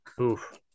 oof